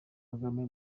kagame